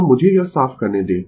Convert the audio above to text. तो मुझे यह साफ करने दें